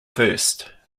first